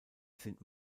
sind